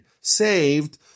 saved